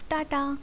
Tata